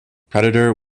predator